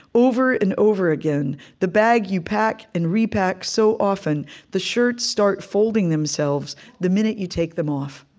over and over again, the bag you pack and repack so often the shirts start folding themselves the minute you take them off.